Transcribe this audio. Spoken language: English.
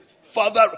Father